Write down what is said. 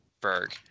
berg